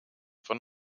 von